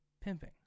pimping